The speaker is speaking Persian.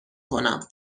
کنم